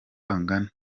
agana